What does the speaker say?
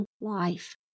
life